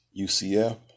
UCF